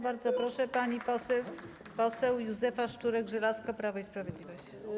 Bardzo proszę, pani poseł Józefa Szczurek-Żelazko, Prawo i Sprawiedliwość.